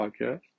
Podcast